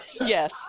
Yes